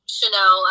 Chanel